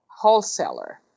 wholesaler